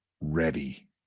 ready